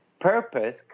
purpose